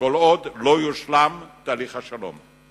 כל עוד לא יושלם תהליך השלום.